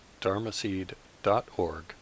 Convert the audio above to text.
dharmaseed.org